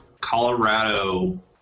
Colorado